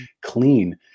clean